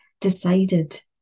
decided